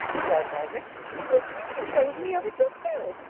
replied margaret it was you who told me of it yourself